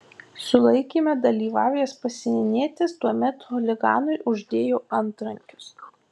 sulaikyme dalyvavęs pasienietis tuomet chuliganui uždėjo antrankius